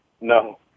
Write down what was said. No